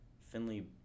Finley